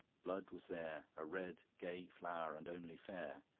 blood was there a red gay flower and only fair.